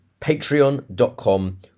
patreon.com